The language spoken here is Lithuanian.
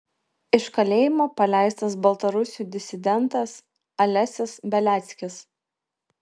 iš kalėjimo paleistas baltarusių disidentas alesis beliackis